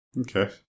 Okay